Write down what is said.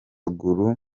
gulu